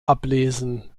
ablesen